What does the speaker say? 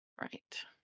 right